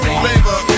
flavor